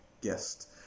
guest